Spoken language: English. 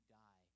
die